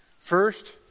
First